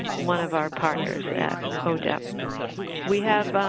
one of our partners at odep. we have,